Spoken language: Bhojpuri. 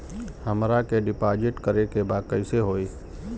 हमरा के डिपाजिट करे के बा कईसे होई?